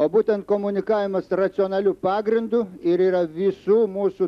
o būtent komunikavimas racionaliu pagrindu ir yra visų mūsų